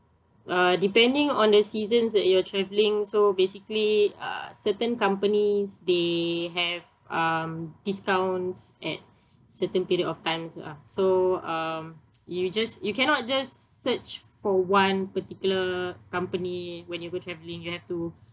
uh depending on the seasons that you're travelling so basically uh certain companies they have um discounts at certain period of times lah so um you just you cannot just search for one particular company when you go travelling you have to